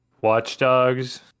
Watchdogs